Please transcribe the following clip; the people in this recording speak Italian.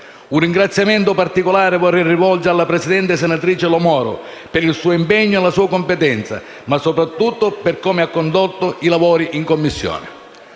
Un ringraziamento particolare vorrei rivolgere alla senatrice Lo Moro, per il suo impegno e la sua competenza, ma soprattutto per come ha condotto i lavori in Commissione.